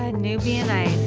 ah nubian ice